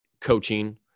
coaching